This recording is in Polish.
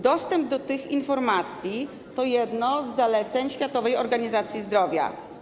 Dostęp do tych informacji to jedno z zaleceń Światowej Organizacji Zdrowia.